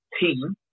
team